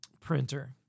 printer